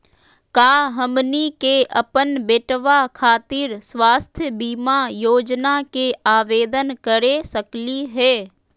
का हमनी के अपन बेटवा खातिर स्वास्थ्य बीमा योजना के आवेदन करे सकली हे?